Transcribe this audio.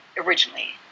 originally